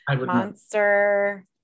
monster